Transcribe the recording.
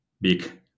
big